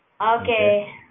Okay